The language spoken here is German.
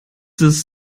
ist